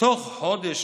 תוך חודש,